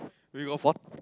we got four